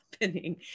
happening